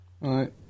Right